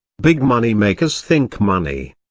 big moneymakers think money.